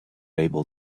able